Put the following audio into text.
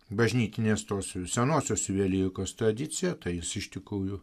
bažnytinės tos senosios juvelyrikos tradicija tai jis iš tikrųjų